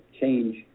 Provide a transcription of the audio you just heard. change